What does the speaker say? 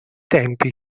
tempi